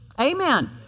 Amen